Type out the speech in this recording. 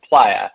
player